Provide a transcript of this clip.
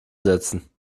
setzen